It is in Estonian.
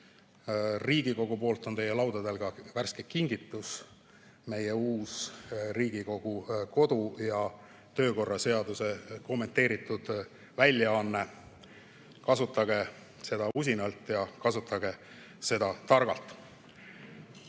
Riigikogu on pannud teie laudadele ka värske kingituse, Riigikogu kodu- ja töökorra seaduse uue kommenteeritud väljaande. Kasutage seda usinalt ja kasutage seda targalt.